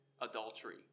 adultery